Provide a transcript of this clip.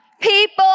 people